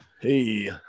Hey